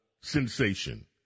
sensation